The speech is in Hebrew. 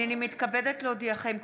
הנני מתכבדת להודיעכם,